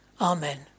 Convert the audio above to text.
Amen